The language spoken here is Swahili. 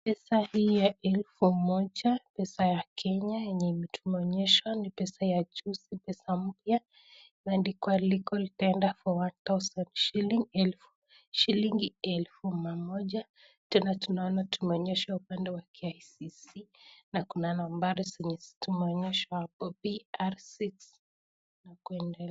Pesa hii ya elfu moja pesa ya Kenya yenye tumeonyeshwa ni pesa ya juzi. Pesa mpya imeandikwa legal tender for one thousand shilling shilingi elfu mamoja .Tena tunaona tumeonyeshwa upande wa KICC na kuna nambari senye tumeonyeshwa hapo pr six na kuendele...